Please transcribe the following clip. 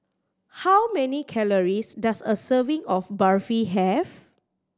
how many calories does a serving of Barfi have